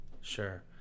sure